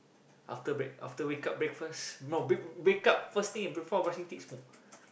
after break~ after wake up breakfast no bre~ wake up first thing before brushing teeth he smoke